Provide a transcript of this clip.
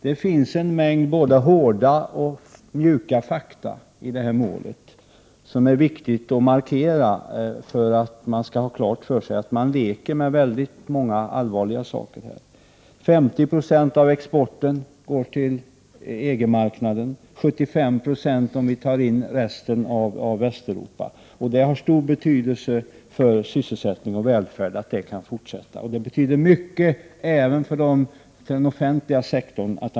Det finns en mängd både hårda och mjuka fakta i det här målet som det är viktigt att markera för att man skall ha klart för sig att man leker med väldigt många allvarliga saker. 50 96 av exporten går till EG-marknaden — 75 20 om vi tar in resten av Västeuropa. Det har stor betydelse för sysselsättning och välfärd att den exporten kan fortsätta, och det betyder mycket även för den offentliga sektorn.